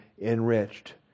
enriched